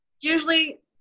usually